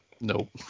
Nope